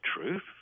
truth